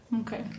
Okay